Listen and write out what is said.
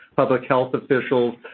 public health officials.